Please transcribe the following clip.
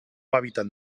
hàbitat